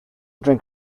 drink